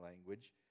language